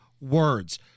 words